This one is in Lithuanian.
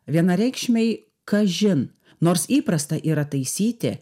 vienareikšmiai kažin nors įprasta yra taisyti